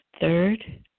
Third